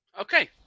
Okay